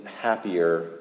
happier